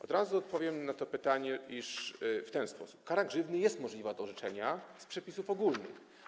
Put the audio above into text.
Od razu odpowiem na to pytanie, w ten sposób: kara grzywny jest możliwa do orzeczenia - z przepisów ogólnych.